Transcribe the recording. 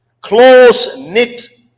close-knit